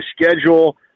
schedule